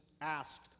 asked